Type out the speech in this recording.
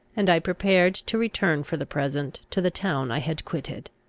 and i prepared to return for the present to the town i had quitted.